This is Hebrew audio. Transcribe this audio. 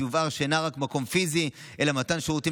שיובהר שזה אינו רק מקום פיזי אלא מתן שירותים